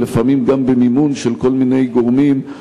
ולפעמים גם במימון של כל מיני גורמים,